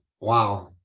wow